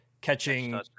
catching